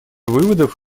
выводов